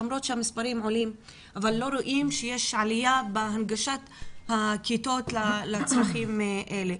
ולמרות שהמספרים עולים לא רואים שיש עלייה בהנגשת הכיתות לצרכים אלו.